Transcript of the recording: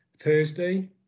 Thursday